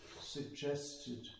suggested